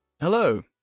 Hello